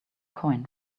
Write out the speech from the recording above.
coin